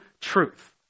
truth